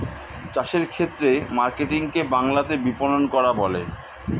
চাষের ক্ষেত্রে মার্কেটিং কে বাংলাতে বিপণন করা বলে